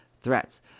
threats